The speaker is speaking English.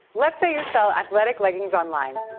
let's say you sell athletic leggings online.